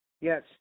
Yes